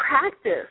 Practice